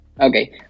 okay